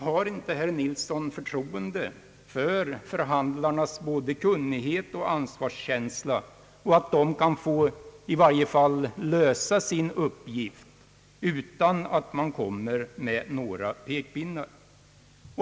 Har inte herr Nilsson förtroende för förhandlarnas både kunnighet och ansvarskänsla, så att de i varje fall kan få lösa sin uppgift utan att man kommer med några pekpinnar?